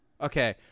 Okay